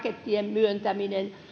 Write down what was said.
myöntäminen